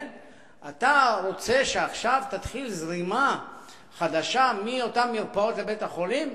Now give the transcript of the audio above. אתה רוצה שעכשיו תתחיל זרימה חדשה מאותן מרפאות לבית-החולים?